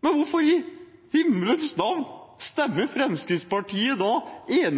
Men hvorfor i himmelens navn stemmer da Fremskrittspartiet i denne